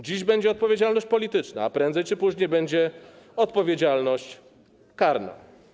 Dziś będzie odpowiedzialność polityczna, a prędzej czy później będzie odpowiedzialność karna.